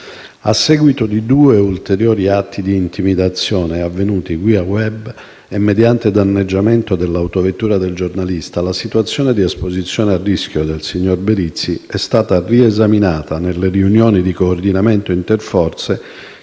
A seguito di due ulteriori atti di intimidazione, avvenuti via *web* e mediante danneggiamento dell'autovettura del giornalista, la situazione di esposizione al rischio del signor Berizzi è stata riesaminata nelle riunioni di coordinamento interforze